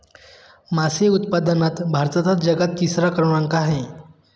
मासे उत्पादनात भारताचा जगात तिसरा क्रमांक आहे